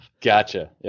Gotcha